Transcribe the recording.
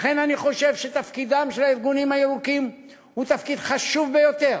לכן אני חושב שתפקידם של הארגונים הירוקים הוא תפקיד חשוב ביותר,